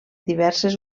diverses